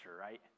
right